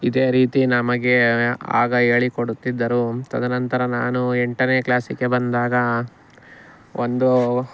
ಇದೇ ರೀತಿ ನಮಗೆ ಆಗ ಹೇಳಿ ಕೊಡುತ್ತಿದ್ದರು ತದನಂತರ ನಾನು ಎಂಟನೇ ಕ್ಲಾಸಿಗೆ ಬಂದಾಗ ಒಂದು